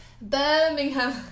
Birmingham